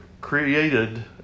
created